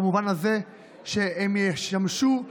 במובן זה שהם ישמשו כחברים,